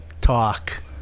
talk